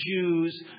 Jews